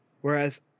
Whereas